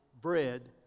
bread